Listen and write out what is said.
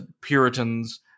Puritans